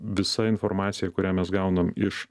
visa informacija kurią mes gaunam iš